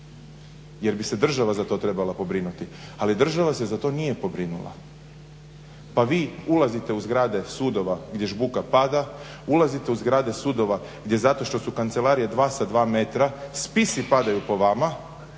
jer bi se država za to trebala pobrinuti, ali država se za to nije pobrinula. Pa vi ulazite u zgrade sudova gdje žbuka pada, ulazite u zgrade sudova gdje zato što su kancelarije dva sa dva metra spisi padaju po vama,